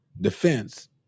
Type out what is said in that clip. defense